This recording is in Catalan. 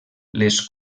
les